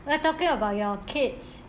we're talking about your kids